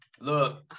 Look